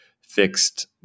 fixed